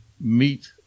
meet